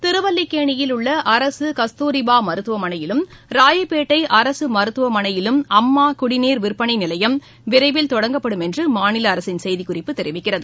திருவல்லிக்கேணியில் உள்ள அரசு கஸ்தூரிபா மருத்துவமனையிலும் ராயப்பேட்டை அரசு மருத்துவமனையிலும் அம்மா குடிநீர் விற்பனை நிலையம் விரைவில் தொடங்கப்படும் என்று மாநில அரசின் செய்திக்குறிப்பு கூறுகிறது